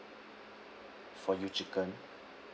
for you chicken